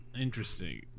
interesting